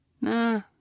Nah